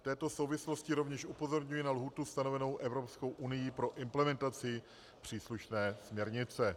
V této souvislosti rovněž upozorňuji na lhůtu stanovenou Evropskou unií pro implementaci příslušné směrnice.